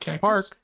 park